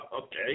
Okay